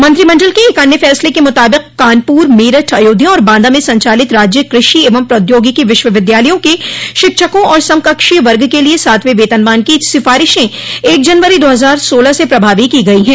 मंत्रिमंडल के एक अन्य फैसले के मुताबिक कानपुर मेरठ अयोध्या और बांदा में संचालित राज्य कृषि एवं प्रौद्योगिकी विश्वविद्यालयों के शिक्षकों और समकक्षीय वर्ग के लिए सातवे वेतनमान की सिफारिशें एक जनवरी दो हजार सोलह से प्रभावी की गयी है